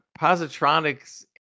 positronics